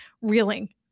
reeling